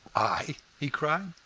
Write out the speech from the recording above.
i? he cried.